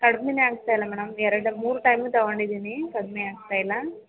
ಕಡಿಮೆನೇ ಆಗ್ತಾ ಇಲ್ಲ ಮೇಡಮ್ ಎರಡು ಮೂರು ಟೈಮು ತೊಗೊಂಡಿದೀನಿ ಕಡಿಮೆ ಆಗ್ತಾ ಇಲ್ಲ